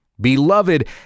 Beloved